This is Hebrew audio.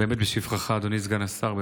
באמת בשבחך, אדוני סגן השר.